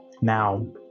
now